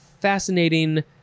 fascinating